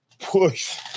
push